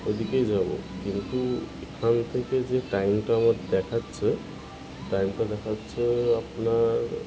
ওদিকেই যাবো কিন্তু এখান থেকে যে টাইমটা আমার দেখাচ্ছে টাইমটা দেখাচ্ছে আপনার